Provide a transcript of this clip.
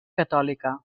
catòlica